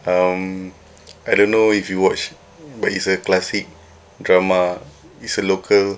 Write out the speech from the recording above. um I don't know if you watched but is a classic drama is a local